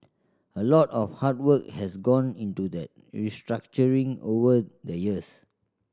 a lot of hard work has gone into that restructuring over the years